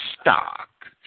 stock